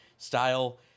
style